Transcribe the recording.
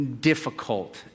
difficult